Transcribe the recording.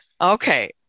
Okay